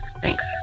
Thanks